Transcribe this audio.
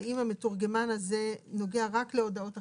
האם המתורגמן הזה נוגע רק להודעות החירום,